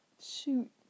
shoot